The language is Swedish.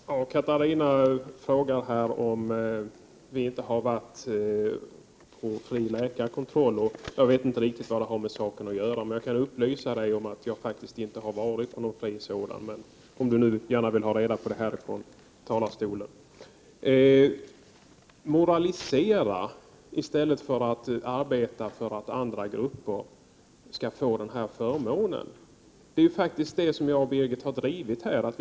Herr talman! Catarina Rönnung frågar här om vi inte har varit på kostnadsfri läkarkontroll. Jag vet inte riktigt vad det har med saken att göra, men om Catarina Rönnung gärna vill få reda på det från denna talarstol kan jag ändå upplysa henne om att jag faktiskt inte har varit på någon sådan kostnadsfri kontroll. Vad gäller att vi skulle moralisera i stället för att arbeta för att andra grupper skall få dessa förmåner vill jag säga att det faktiskt är den senare linjen som jag och Birgit Friggebo har drivit.